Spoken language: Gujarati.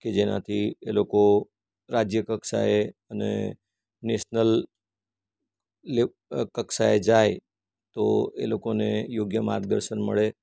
કે જેનાથી એ લોકો રાજ્ય કક્ષાએ અને નેશનલ લે કક્ષાએ એ જાય તો એ લોકોને યોગ્ય માર્ગદર્શન મળે